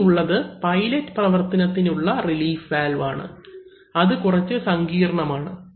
ഇനിയുള്ളത് പൈലറ്റ് പ്രവർത്തനത്തിലുള്ള relief valve ആണ് അത് കുറച്ച് സങ്കീർണമാണ്